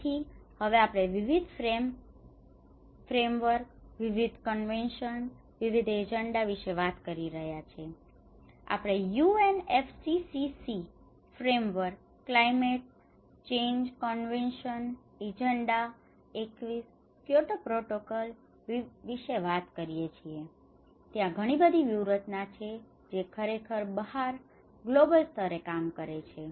તેથી હવે આપણે વિવિધ ફ્રેમવર્ક વિવિધ કોન્વેન્શન વિવિધ એજન્ડા વિશે વાત કરી રહ્યા છીએ આપણે UNFCCC framework climate change convention અને એજન્ડા 21 ક્યોતો પ્રોટોકોલ વિશે વાત કરીએ છીએ તેથી ત્યાં ઘણી બધી વ્યૂહરચનાઓ છે જે ખરેખર બહાર ગ્લોબલ સ્તરે પણ કામ કરે છે